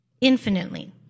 Infinitely